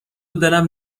دلم